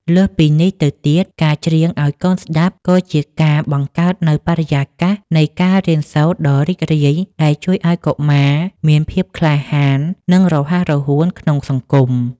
លើសពីនេះទៅទៀត ការច្រៀងឱ្យកូនស្តាប់ក៏ជាការបង្កើតនូវបរិយាកាសនៃការរៀនសូត្រដ៏រីករាយ ដែលជួយឱ្យកុមារមានភាពក្លាហាន និងរហ័សរហួនក្នុងសង្គម។